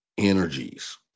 energies